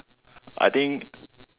I think